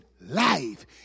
life